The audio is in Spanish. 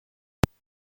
nueve